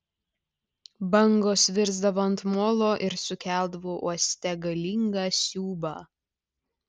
bangos virsdavo ant molo ir sukeldavo uoste galingą siūbą